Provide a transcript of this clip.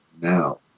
now